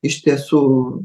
iš tiesų